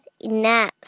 enough